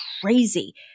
crazy